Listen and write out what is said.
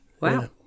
Wow